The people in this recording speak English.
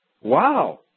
wow